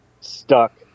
stuck